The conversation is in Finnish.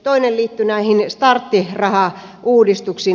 toinen liittyi näihin starttirahauudistuksiin